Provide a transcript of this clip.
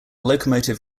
locomotive